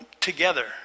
together